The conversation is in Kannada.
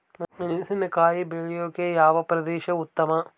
ಮೆಣಸಿನಕಾಯಿ ಬೆಳೆಯೊಕೆ ಯಾವ ಪ್ರದೇಶ ಉತ್ತಮ?